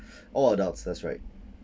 all adults that's right